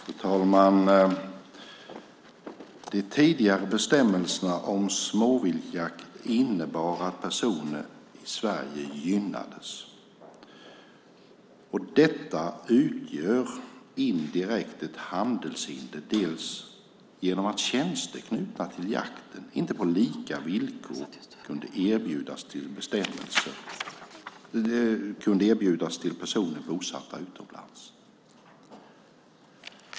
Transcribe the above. Fru talman! De tidigare bestämmelserna om småviltsjakt innebar att personer i Sverige gynnades. Detta utgjorde indirekt ett handelshinder, bland annat genom att tjänster knutna till jakt inte på lika villkor kunde erbjudas personer bosatta utomlands.